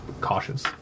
cautious